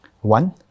One